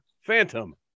phantom